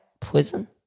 poison